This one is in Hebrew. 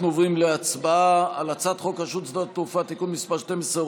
אנחנו עוברים להצבעה על הצעת חוק רשות שדות התעופה (תיקון מס' 12,